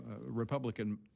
republican